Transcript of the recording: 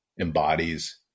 embodies